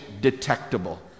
detectable